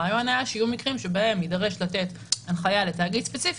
הרעיון היה שיהיו מקרים שבהם יידרש לתת הנחיה לתאגיד ספציפי